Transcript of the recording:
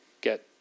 get